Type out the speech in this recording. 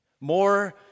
More